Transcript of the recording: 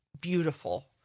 beautiful